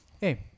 hey